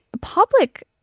public